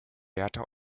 bertha